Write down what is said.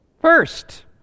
first